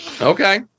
Okay